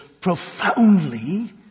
profoundly